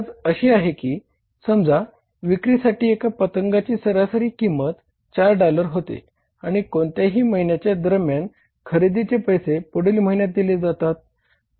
गरज अशी आहे की समजा विक्रीसाठी एका पतंगाची सरासरी किंमत 4 डॉलर होते आणि कोणत्याही महिन्याच्या दरम्यान खरेदीचे पैसे पुढील महिन्यात दिले जातात